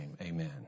amen